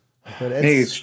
Hey